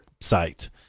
site